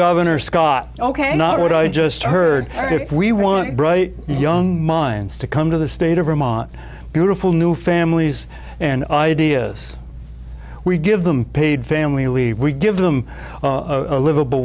governor scott ok not what i just heard that if we want bright young minds to come to the state of vermont beautiful new families and ideas we give them paid family leave we give them a livable